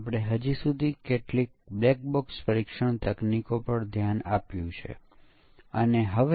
આપણે યુનિટ પરીક્ષણ પર આપણી ચર્ચા ચાલુ રાખીશું